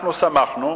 אנחנו שמחנו,